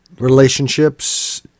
relationships